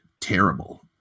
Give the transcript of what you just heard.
terrible